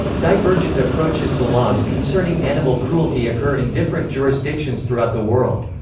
divergent approaches to laws concerning animal cruelty occur in different jurisdictions throughout the world.